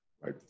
Right